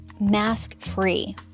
mask-free